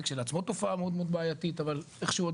וזה כשלעצמו תופעה מאוד בעייתית אבל איך שהוא עוד